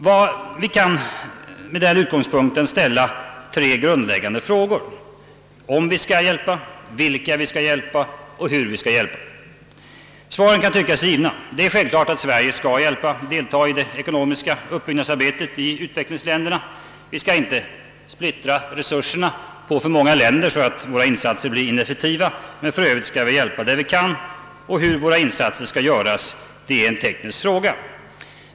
Vi kan med den utgångspunkten ställa tre grundläggande frågor: om vi skall hjälpa, vilka vi skall hjälpa och hur vi skall hjälpa. Svaren kan tyckas givna. Det är självklart att Sverige skall delta i det ekonomiska uppbyggnadsarbetet i utvecklingsländerna. Vi skall inte splittra resurserna på för många länder, så att våra resurser blir ineffektiva, men för övrigt skall vi hjälpa där vi kan, och hur våra insatser skall göras är en teknisk fråga.